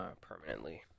permanently